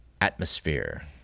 atmosphere